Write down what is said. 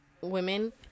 women